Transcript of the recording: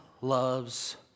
loves